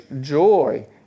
joy